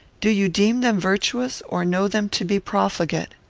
do you deem them virtuous, or know them to be profligate?